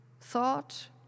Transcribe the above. thought